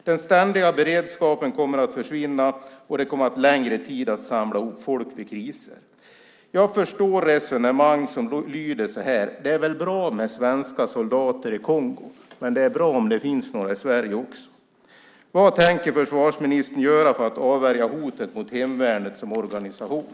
Den ständiga beredskapen kommer att försvinna, och det kommer att ta längre tid att samla ihop folk vid kriser. Jag förstår resonemang som lyder så här: Det är väl bra med svenska soldater i Kongo, men det är bra om det finns några i Sverige också. Vad tänker försvarsministern göra för att avvärja hotet mot hemvärnet som organisation?